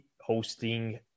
hosting